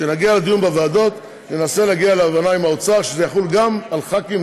וכשנגיע לדיון בוועדות ננסה להגיע להבנה עם האוצר שזה יחול גם על ח"כים,